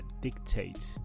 dictate